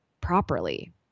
properly